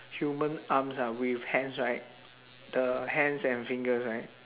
human arms ah with hands right the hands and fingers right